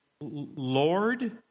Lord